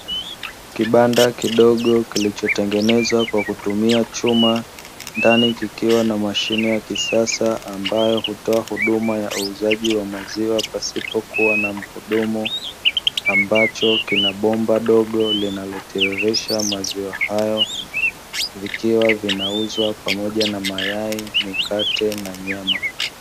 Kibanda kidogo kilichotengenezwa kwakutumia chuma, ndani kikiwa na mashine ya kisasa ambayo hutoa huduma ya uuzaji wa maziwa pasipokuwa na mhudumu, ambacho kina bomba dogo kinachotiririsha maziwa hayo vikiwa vinauzwa pamoja na mayai, mikate na nyama.